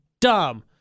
dumb